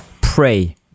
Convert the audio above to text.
pray